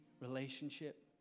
relationship